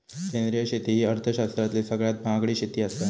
सेंद्रिय शेती ही अर्थशास्त्रातली सगळ्यात महागडी शेती आसा